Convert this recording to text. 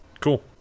Cool